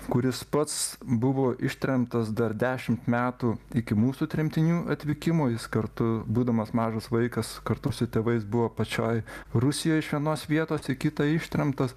kuris pats buvo ištremtas dar dešimt metų iki mūsų tremtinių atvykimo jis kartu būdamas mažas vaikas kartu su tėvais buvo pačioj rusijoj iš vienos vietos į kitą ištremtas